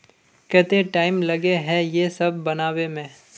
केते टाइम लगे है ये सब बनावे में?